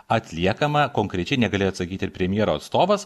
atliekama konkrečiai negalėjo atsakyt ir premjero atstovas